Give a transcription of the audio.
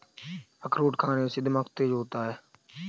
अखरोट खाने से दिमाग तेज होता है